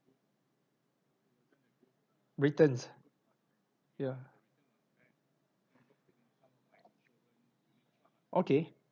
britains ya okay